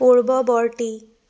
পূৰ্ৱৱৰ্তী